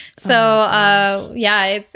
so ah yeah